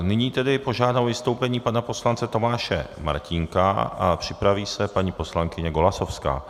Nyní požádám o vystoupení pana poslance Tomáše Martínka a připraví se paní poslankyně Golasowská.